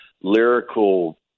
lyrical